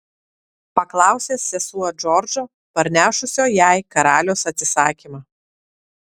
paklausė sesuo džordžo parnešusio jai karaliaus atsisakymą